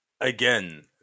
Again